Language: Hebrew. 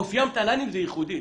אופיים תל"נים זה יחודי.